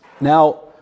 Now